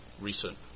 recent